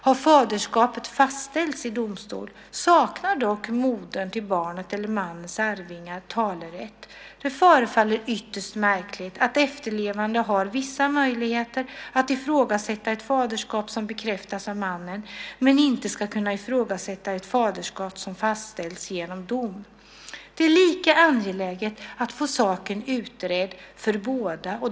Har faderskapet fastställts i domstol, saknar dock modern till barnet eller mannens arvingar talerätt. Det förefaller ytterst märkligt att efterlevande har vissa möjligheter att ifrågasätta ett faderskap som bekräftats av mannen men inte ska kunna ifrågasätta ett faderskap som fastställts genom dom. Det är lika angeläget att få saken utredd för båda.